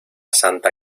santa